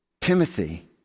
Timothy